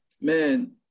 man